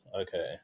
okay